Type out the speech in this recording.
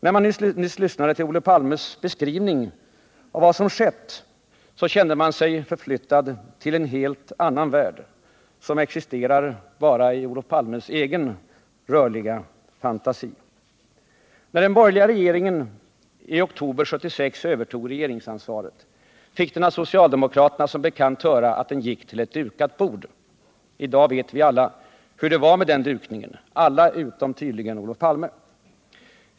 När man nyss lyssnade till Olof Palmes beskrivning av vad som har skett, så kände man sig förflyttad till en helt annan värld, som existerar bara i Olof Palmes egen rörliga fantasi. När den borgerliga trepartiregeringen i oktober 1976 övertog regeringsansvaret fick den av socialdemokraterna som bekant höra att den gick ”till ett dukat bord”. I dag vet alla hur det var med den dukningen — alla utom tydligen Olof Palme.